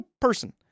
person